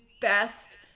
best